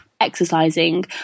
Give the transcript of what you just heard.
exercising